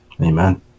Amen